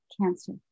cancer